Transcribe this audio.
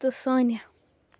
تہٕ سانِیا